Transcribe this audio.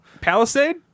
Palisade